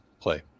play